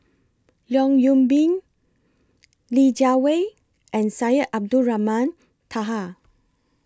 Leong Yoon Pin Li Jiawei and Syed Abdulrahman Taha